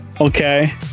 Okay